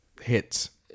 hits